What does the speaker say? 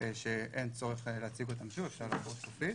אין צורך להציג אותם שוב, אפשר לעבור שקופית.